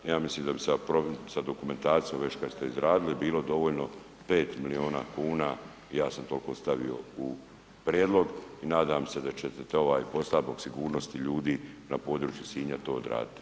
Ja mislim da bi sa dokumentacijom već kada ste izradili bilo dovoljno 5 milijuna kuna, ja sam toliko stavio u prijedlog i nadam se da ćete ... zbog sigurnosti ljudi na području Sinja to odraditi.